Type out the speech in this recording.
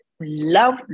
love